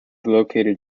located